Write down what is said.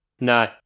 No